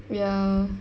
ya